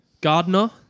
Gardner